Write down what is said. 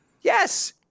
Yes